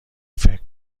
فکر